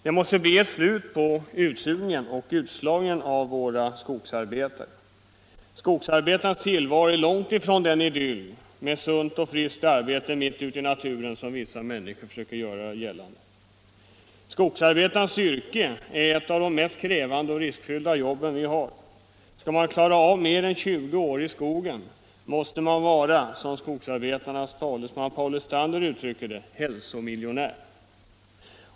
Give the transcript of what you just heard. Det måste bli ett slut på utsugningen och utslagningen av våra skogsarbetare. Skogsarbetarens tillvaro är långtifrån den idyll — med ett sunt och friskt arbete ute i naturen — som vissa människor försöker göra gällande. Skogsarbetarens yrke är ett av de mest krävande och riskfyllda jobb vi har. Skall man klara av mer än 20 år i skogen, måste man — som skogsarbetarnas talesman Paul Lestander uttrycker det — vara hälsomiljonär.